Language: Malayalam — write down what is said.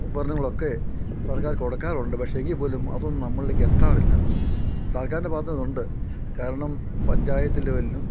ഉപരണങ്ങളൊക്കെ സർക്കാർ കൊടുക്കാറുണ്ട് പക്ഷേ എങ്കില്പ്പോലും അതൊന്നും നമ്മളിലേക്ക് എത്താറില്ല സർക്കാരിൻ്റെ ഭാഗത്തുനിന്നുകൊണ്ട് കാരണം പഞ്ചായത്ത് ലെവലിലും